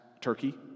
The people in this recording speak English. turkey